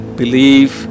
believe